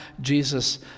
Jesus